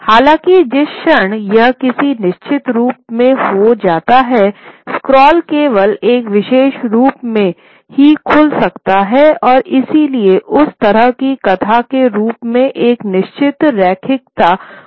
हालाँकि जिस क्षण यह किसी निश्चित रूप में हो जाता है स्क्रॉल केवल एक विशेष रूप में ही खुल सकता है और इसलिए उस तरह से कथा के रूप में एक निश्चित रैखिकता को ठीक करता है